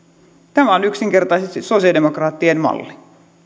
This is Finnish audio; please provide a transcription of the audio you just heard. tämä on yksinkertaisesti sosiaalidemokraattien malli